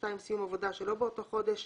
סיום עבודה שלא באותו חודש,